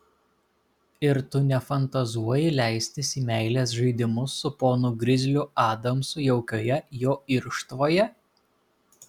ir tu nefantazuoji leistis į meilės žaidimus su ponu grizliu adamsu jaukioje jo irštvoje